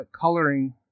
coloring